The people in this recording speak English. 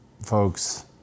folks